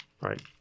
right